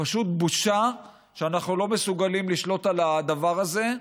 פשוט בושה שאנחנו לא מסוגלים לשלוט על הדבר הזה.